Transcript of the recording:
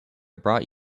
brought